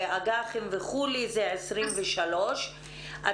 אגח"ים וכדומה זה 23 מיליארד.